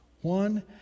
one